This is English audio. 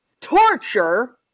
torture